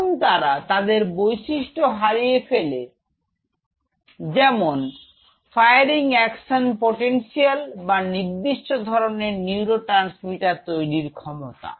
এখন তারা তাদের বৈশিষ্ট্য হারিয়ে ফেলে যেমন ফায়ারিং অ্যাকশন পটেনশিয়াল বা নির্দিষ্ট ধরনের নিউরোট্রান্সমিটার তৈরি ক্ষমতা